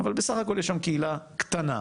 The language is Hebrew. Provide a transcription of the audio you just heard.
בסך הכל יש שם קהילה קטנה,